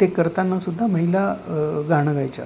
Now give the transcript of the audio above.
ते करताना सुद्धा महिला गाणं गायच्या